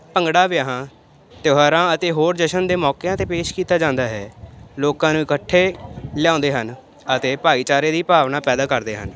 ਭੰਗੜਾ ਵਿਆਹਾਂ ਤਿਓਹਾਰਾਂ ਅਤੇ ਹੋਰ ਜਸ਼ਨ ਦੇ ਮੌਕਿਆਂ 'ਤੇ ਪੇਸ਼ ਕੀਤਾ ਜਾਂਦਾ ਹੈ ਲੋਕਾਂ ਨੂੰ ਇਕੱਠੇ ਲਿਆਉਂਦੇ ਹਨ ਅਤੇ ਭਾਈਚਾਰੇ ਦੀ ਭਾਵਨਾ ਪੈਦਾ ਕਰਦੇ ਹਨ